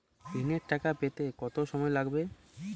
ঋণের টাকা পেতে কত সময় লাগবে?